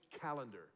calendar